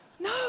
No